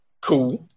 cool